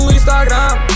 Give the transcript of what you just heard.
Instagram